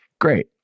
Great